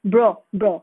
bro bro